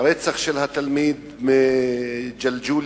לרצח של התלמיד מכפר-קאסם,